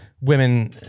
women